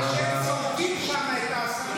מה שהם צועקים שם, את,